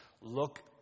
look